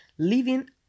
Living